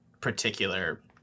particular